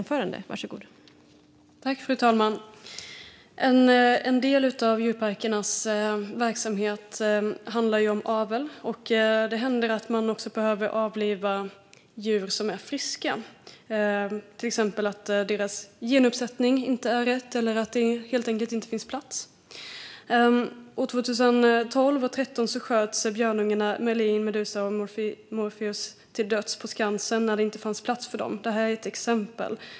Fru talman! En del av djurparkernas verksamhet handlar om avel, och det händer att man behöver avliva djur som är friska, till exempel därför att deras genuppsättning inte är rätt eller för att det helt enkelt inte finns plats. År 2012 och 2013 sköts björnungarna Merlin, Medusa och Morpheus till döds på Skansen när det inte fanns plats för dem. Det är ett exempel.